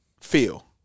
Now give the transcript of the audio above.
feel